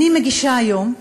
אני מגישה היום,